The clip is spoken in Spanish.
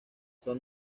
son